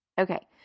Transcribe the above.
Okay